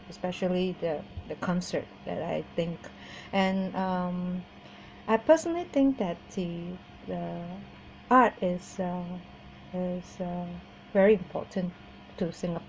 especially the the concert that I think and um I personally think that the the art is uh is uh very important to singapore